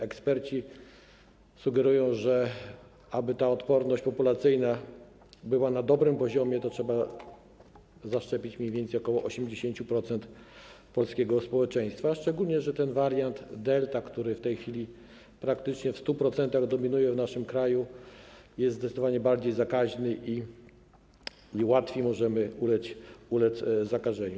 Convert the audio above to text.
Eksperci sugerują, że aby odporność populacyjna była na dobrym poziomie, trzeba zaszczepić ok. 80% polskiego społeczeństwa, szczególnie że wariant Delta, który w tej chwili praktycznie w 100% dominuje w naszym kraju, jest zdecydowanie bardziej zakaźny i łatwiej możemy ulec zakażeniu.